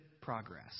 progress